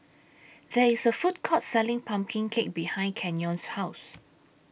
There IS A Food Court Selling Pumpkin Cake behind Canyon's House